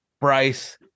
Bryce